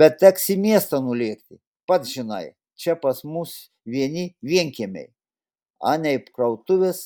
bet teks į miestą nulėkti pats žinai čia pas mus vieni vienkiemiai anei krautuvės